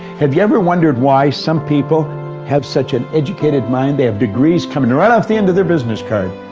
have you ever wondered why some people have such an educated mind? mind? they have degrees coming right off the end of their business card,